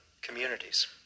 communities